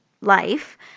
life